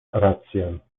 rację